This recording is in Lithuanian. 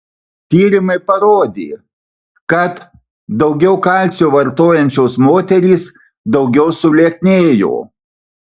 tyrimai parodė kad daugiau kalcio vartojančios moterys daugiau sulieknėjo